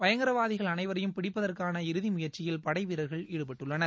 பயங்கரவாதிகள் அனைவரையும் பிடிப்பதற்கான இறுதி முயற்சியில் படை வீரர்கள் ஈடுபட்டுள்ளனர்